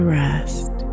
rest